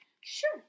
Sure